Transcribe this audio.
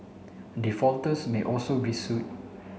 defaulters may also be sued